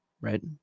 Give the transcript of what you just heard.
right